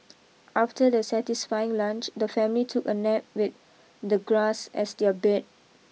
after their satisfying lunch the family took a nap with the grass as their bed